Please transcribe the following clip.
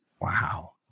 wow